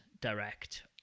direct